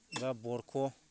जा बरख'